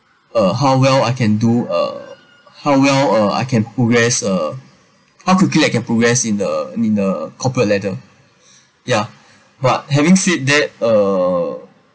uh how well I can do uh how well uh I can progress uh how quickly I can progress in the in the corporate ladder ya but having said that uh